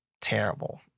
terrible